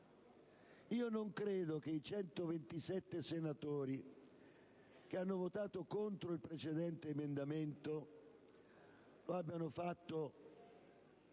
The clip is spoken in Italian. Non credo che i 127 senatori che hanno votato contro il precedente emendamento lo abbiano fatto